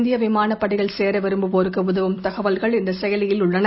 இந்திய விமானப் படையில் சேர விரும்புவோருக்கு உதவும் தகவல்கள் இந்த செயலியில் உள்ளன